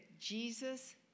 Jesus